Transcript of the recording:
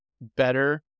Better